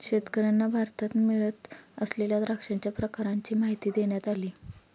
शेतकर्यांना भारतात मिळत असलेल्या द्राक्षांच्या प्रकारांची माहिती देण्यात आली